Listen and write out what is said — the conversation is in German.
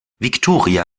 victoria